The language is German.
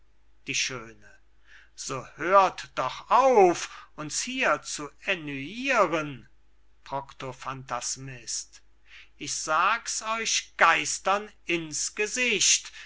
die schöne so hört doch auf uns hier zu ennuyiren brocktophantasmist ich sag's euch geistern in's gesicht